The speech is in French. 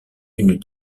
une